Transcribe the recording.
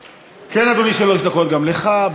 כן, אדוני, שלוש דקות גם לך.